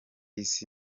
isi